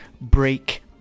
Break